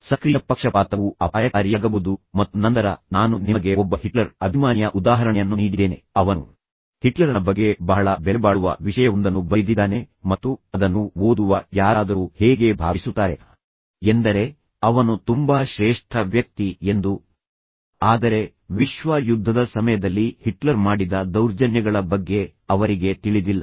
ಸಕ್ರಿಯ ಪಕ್ಷಪಾತವು ಅಪಾಯಕಾರಿಯಾಗಬಹುದು ಮತ್ತು ನಂತರ ನಾನು ನಿಮಗೆ ಒಬ್ಬ ಹಿಟ್ಲರ್ ಅಭಿಮಾನಿಯ ಉದಾಹರಣೆಯನ್ನು ನೀಡಿದ್ದೇನೆ ಅವನು ಹಿಟ್ಲರನ ಬಗ್ಗೆ ಬಹಳ ಬೆಲೆಬಾಳುವ ವಿಷಯವೊಂದನ್ನು ಬರಿದಿದ್ದಾನೆ ಮತ್ತು ಅದನ್ನು ಓದುವ ಯಾರಾದರೂ ಹೇಗೆ ಭಾವಿಸುತ್ತಾರೆಃ ಎಂದರೆ ಅವನು ತುಂಬಾ ಶ್ರೇಷ್ಠ ವ್ಯಕ್ತಿ ಎಂದು ಆದರೆ ವಿಶ್ವ ಯುದ್ಧದ ಸಮಯದಲ್ಲಿ ಹಿಟ್ಲರ್ ಮಾಡಿದ ದೌರ್ಜನ್ಯಗಳ ಬಗ್ಗೆ ಅವರಿಗೆ ತಿಳಿದಿಲ್ಲ